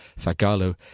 Thagalo